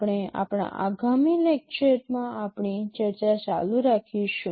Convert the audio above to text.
આપણે આપણા આગામી લેક્ચરમાં આપણી ચર્ચા સાથે ચાલુ રાખીશું